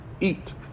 eat